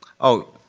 oh.